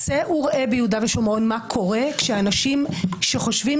צא וראה ביהודה ושומרון מה קורה כשאנשים שחושבים